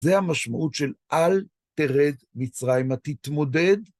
זה המשמעות של אל תרד מצריימה, תתמודד.